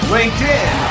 LinkedIn